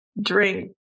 drink